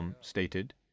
stated